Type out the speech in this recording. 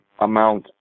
amount